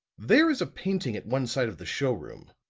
there is a painting at one side of the show room,